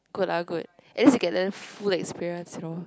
good la good at least you can learn full experience you know